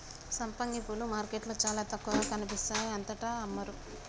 సంపంగి పూలు మార్కెట్లో చాల తక్కువగా కనిపిస్తాయి అంతటా అమ్మరు